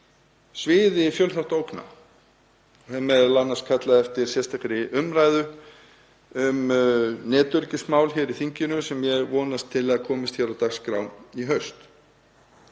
sviði fjölþáttaógna. Ég hef m.a. kallað eftir sérstakri umræðu um netöryggismál í þinginu sem ég vonast til að komist á dagskrá í haust.